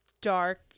dark